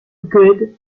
good